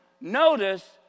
Notice